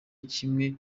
kimwe